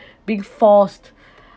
being forced